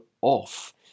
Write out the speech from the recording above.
off